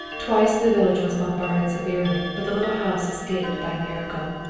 twice the village was bombarded severely, but the little house escaped by a miracle.